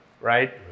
Right